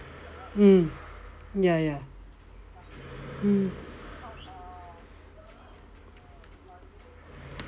mm ya ya mm